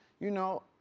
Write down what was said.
you know,